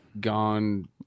gone